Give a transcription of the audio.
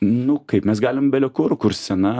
nu kaip mes galim bele kur kur scena